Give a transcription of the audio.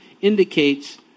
indicates